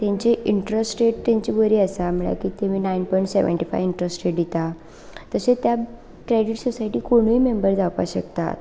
तांचे interest rate तेंची बरी आसा म्हळ्या कितें nine point seventy five interest rate दिता तशें त्या क्रेडीट सोसायटी कोणूय मेंबर जावपा शकता